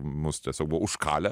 mus tiesiog buvo užkalę